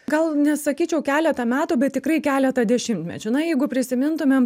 gal nesakyčiau keletą metų bet tikrai keletą dešimtmečių na jeigu prisimintumėm